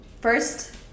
First